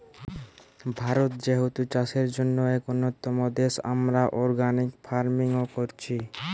ভারত যেহেতু চাষের জন্যে এক উন্নতম দেশ, আমরা অর্গানিক ফার্মিং ও কোরছি